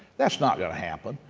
that's not going to happen.